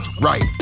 Right